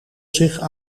zich